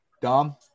Dom